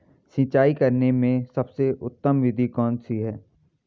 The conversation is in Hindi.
सिंचाई करने में सबसे उत्तम विधि कौन सी है?